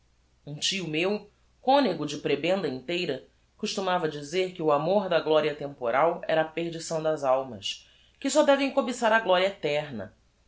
um tio meu conego de prebenda inteira costumava dizer que o amor da gloria temporal era a perdição das almas que só devem cobiçar a gloria eterna